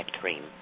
cream